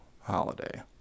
holiday